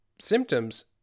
symptoms